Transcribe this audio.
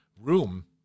room